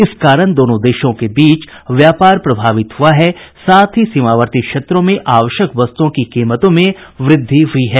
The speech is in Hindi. इस कारण दोनों देशों के बीच व्यापार प्रभावित हुआ है साथ ही सीमावर्ती क्षेत्रों में आवश्यक वस्तुओं की कीमतों में वृद्वि हुई है